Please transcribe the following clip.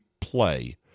play